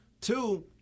Two